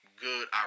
Good